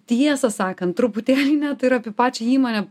tiesą sakant truputėlį net ir apie pačią įmonę